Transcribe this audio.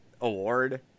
award